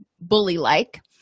bully-like